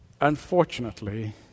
unfortunately